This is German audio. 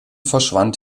verschwand